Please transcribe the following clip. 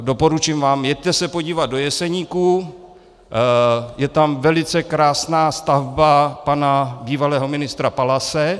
Doporučím vám, jeďte se podívat do Jeseníků, je tam velice krásná stavba pana bývalého ministra Palase.